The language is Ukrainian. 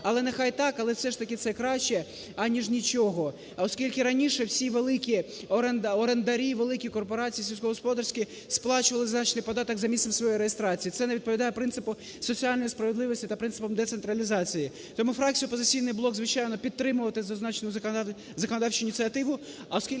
Але нехай так, але все ж таки це краще, а ніж нічого. А оскільки раніше всі великі орендарі, великі корпорації сільськогосподарські сплачували значний податок за місцем своєї реєстрації, це не відповідає принципу соціальної справедливості та принципам децентралізації. Тому фракція "Опозиційний блок", звичайно, підтримує зазначену законодавчу ініціативу,